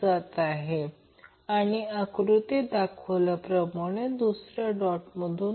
जेव्हा f0 च्या दृष्टीने घेतले तर ते हर्ट्झमध्ये आहे म्हणून 175 103Q 50 म्हणून 3